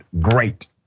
great